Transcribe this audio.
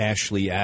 Ashley